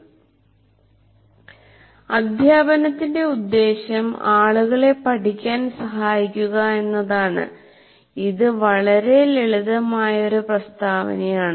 "അധ്യാപനത്തിന്റെ ഉദ്ദേശ്യം ആളുകളെ പഠിക്കാൻ സഹായിക്കുക എന്നതാണ്" ഇത് വളരെ ലളിതമായ ഒരു പ്രസ്താവനയാണ്